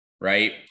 right